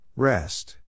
Rest